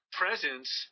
presence